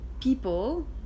people